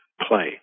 play